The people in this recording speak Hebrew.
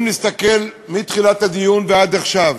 אם נסתכל מתחילת הדיון ועד עכשיו,